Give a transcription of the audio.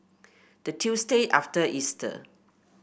the Tuesday after Easter